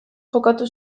jokatu